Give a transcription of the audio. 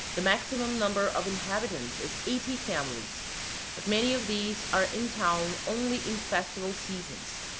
the maximum number of inhabitants is eighty families but many of these are in town only in festival seasons.